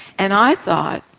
and i thought,